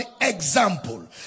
example